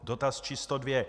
Dotaz číslo dvě.